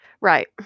Right